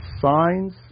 signs